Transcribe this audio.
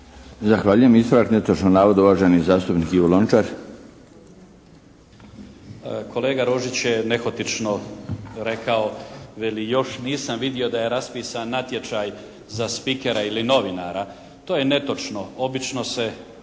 Zahvaljujem. Ispravak netočnog navoda, uvaženi zastupnik Ivo Lončar. **Lončar, Ivan (Nezavisni)** Kolega Rožić je nehotično rekao, veli, još nisam vidio da je raspisan natječaj za spikera ili novinara. To je netočno, obično se